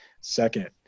Second